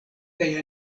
kaj